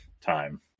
time